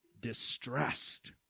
distressed